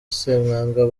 semwanga